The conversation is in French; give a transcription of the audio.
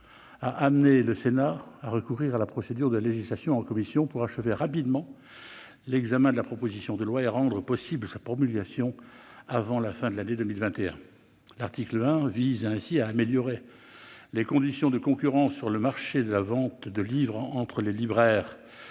a amené le Sénat à recourir à la procédure de législation en commission pour achever rapidement l'examen de la proposition de loi et rendre possible sa promulgation avant la fin de l'année 2021. L'article 1 vise ainsi à améliorer les conditions de concurrence sur le marché de la vente de livres entre les librairies